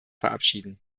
verabschieden